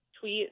tweet